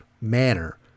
manner